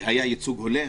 היה ייצוג הולם.